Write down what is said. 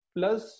Plus